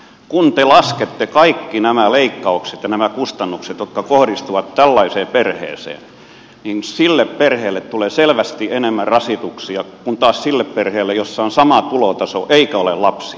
kun te laskette yhteen kaikki nämä leikkaukset ja nämä kustannukset jotka kohdistuvat tällaiseen perheeseen sille perheelle tulee selvästi enemmän rasituksia kuin taas sille perheelle jossa on sama tulotaso eikä ole lapsia